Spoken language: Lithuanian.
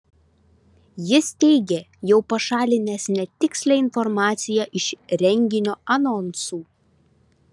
jis teigė jau pašalinęs netikslią informaciją iš renginio anonsų